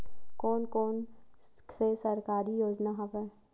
कोन कोन से सरकारी योजना हवय?